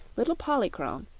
little polychrome,